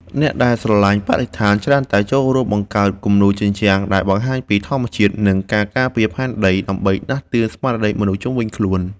អ្នកដែលស្រឡាញ់បរិស្ថាន ច្រើនតែចូលរួមបង្កើតគំនូរជញ្ជាំងដែលបង្ហាញពីធម្មជាតិ និងការការពារផែនដី ដើម្បីដាស់តឿនស្មារតីមនុស្សជុំវិញខ្លួន។